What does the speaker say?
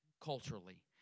culturally